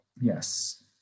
Yes